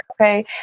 Okay